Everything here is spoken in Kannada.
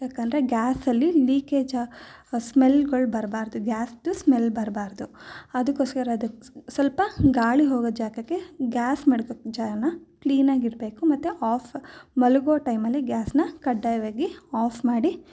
ಯಾಕೆಂದ್ರೆ ಗ್ಯಾಸಲ್ಲಿ ಲೀಕೇಜ ಸ್ಮೆಲ್ಗಳು ಬರಬಾರ್ದು ಗ್ಯಾಸ್ದು ಸ್ಮೆಲ್ ಬರಬಾರ್ದು ಅದಕ್ಕೋಸ್ಕರ ಅದಕ್ಕೆ ಸ್ವಲ್ಪ ಗಾಳಿ ಹೋಗೋ ಜಾಗಕ್ಕೆ ಗ್ಯಾಸ್ ಮಡಗೋ ಜಾಗನ ಕ್ಲೀನಾಗಿರಬೇಕು ಮತ್ತೆ ಆಫ್ ಮಲಗುವ ಟೈಮಲ್ಲಿ ಗ್ಯಾಸ್ನ ಕಡ್ಡಾಯವಾಗಿ ಆಫ್ ಮಾಡಿ